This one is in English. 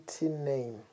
name